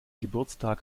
geburtstag